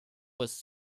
was